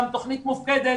גם תוכנית מופקדת,